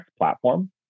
platform